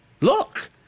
Look